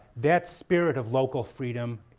that spirit of local freedom,